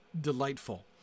delightful